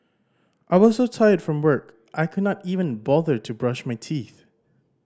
I was so tired from work I could not even bother to brush my teeth